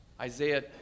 Isaiah